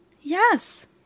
Yes